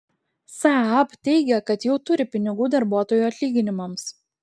saab teigia kad jau turi pinigų darbuotojų atlyginimams